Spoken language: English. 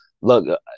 look